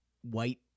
white